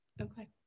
okay